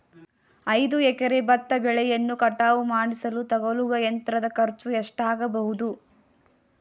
ಐದು ಎಕರೆ ಭತ್ತ ಬೆಳೆಯನ್ನು ಕಟಾವು ಮಾಡಿಸಲು ತಗಲುವ ಯಂತ್ರದ ಖರ್ಚು ಎಷ್ಟಾಗಬಹುದು?